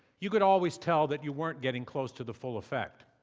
you could always tell that you were getting close to the full effect.